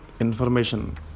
information